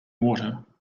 water